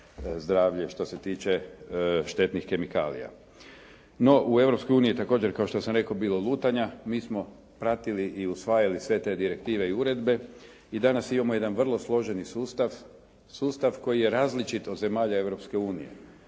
uniji je također kao što sam rekao bilo lutanja. Mi smo pratili i usvajali sve te direktive i uredbe i danas imamo jedan vrlo složeni sustav, sustav koji je različit od zemalja